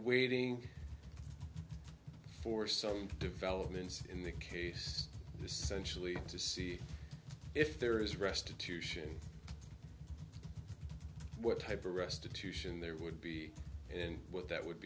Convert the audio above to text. waiting for some developments in the case essentially to see if there is restitution what type of restitution there would be and what that would